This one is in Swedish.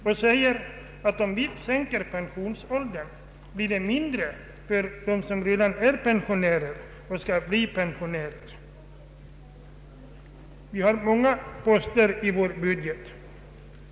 Om vi sänker pensionsåldern blir det mindre för dem som redan är eller skall bli pensionärer, har det sagts. Vi har många poster i vår budget.